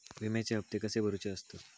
विम्याचे हप्ते कसे भरुचे असतत?